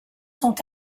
sont